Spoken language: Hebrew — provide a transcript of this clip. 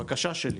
בקשה שלי